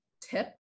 tip